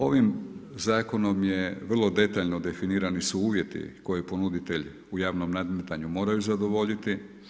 Ovim zakonom je vrlo detaljno definirani su uvjeti koje ponuditelj u javnom nadmetanju moraju zadovoljiti.